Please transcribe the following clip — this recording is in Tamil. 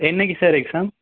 என்னைக்கு சார் எக்ஸாம்